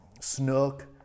Snook